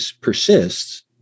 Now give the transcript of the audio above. persists